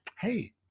hey